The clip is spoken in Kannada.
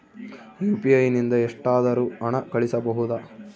ಯು.ಪಿ.ಐ ನಿಂದ ಎಷ್ಟಾದರೂ ಹಣ ಕಳಿಸಬಹುದಾ?